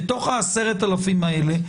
בתוך ה-10,000 האלה,